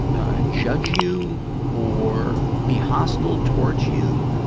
ah, judge you or be hostile towards you,